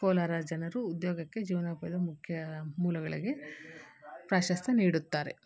ಕೋಲಾರ ಜನರು ಉದ್ಯೋಗಕ್ಕೆ ಜೀವನೋಪಾಯದ ಮುಖ್ಯ ಮೂಲಗಳಿಗೆ ಪ್ರಾಶಸ್ತ್ಯ ನೀಡುತ್ತಾರೆ